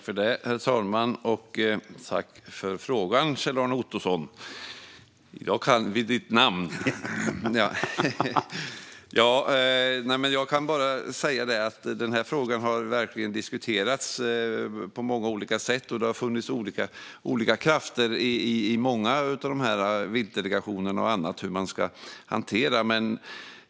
Herr talman! Tack för frågan, Kjell-Arne Ottosson! I dag kan vi ditt namn. Jag kan bara säga att den här frågan verkligen har diskuterats på många olika sätt och att det funnits olika krafter, bland annat i många av viltdelegationerna, när det gäller hur man ska hantera den.